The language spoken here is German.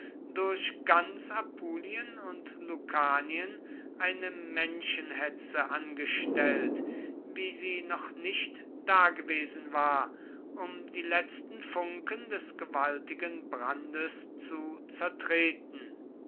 durch ganz apulien und lucanien eine menschenhetze angestellt wie sie noch nicht dagewesen war um die letzten funken des gewaltigen brandes zu zertreten